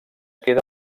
queda